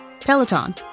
Peloton